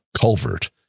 culvert